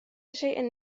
شيء